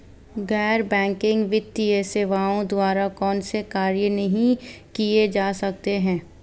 गैर बैंकिंग वित्तीय सेवाओं द्वारा कौनसे कार्य नहीं किए जा सकते हैं?